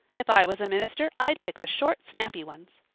if i was a minister i'd pick the short, snappy ones.